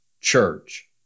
church